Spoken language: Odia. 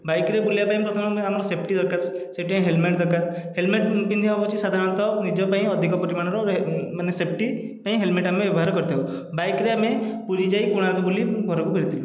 ବାଇକ୍ରେ ବୁଲିବା ପାଇଁ ପ୍ରଥମେ ଆମର ସେଫଟି ଦରକାର ସେଥିପାଇଁ ହେଲମେଟ ଦରକାର ହେଲମେଟ ପିନ୍ଧିବା ହେଉଛି ସାଧାରଣତଃ ନିଜ ପାଇଁ ଅଧିକା ପରିମାଣର ମାନେ ସେଫଟି ପାଇଁ ହେଲମେଟ ଆମେ ବ୍ୟବହାର କରିଥାଉ ବାଇକ୍ରେ ଆମେ ପୁରୀ ଯାଇ କୋଣାର୍କ ବୁଲି ଘରକୁ ଫେରିଥିଲୁ